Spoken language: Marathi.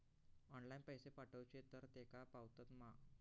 ऑनलाइन पैसे पाठवचे तर तेका पावतत मा?